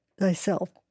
thyself